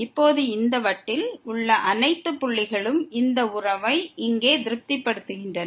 இப்போது இந்த வட்டில் உள்ள அனைத்து புள்ளிகளும் இந்த உறவை இங்கே திருப்திப்படுத்துகின்றன